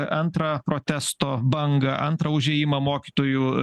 antrą protesto bangą antrą užėjimą mokytojų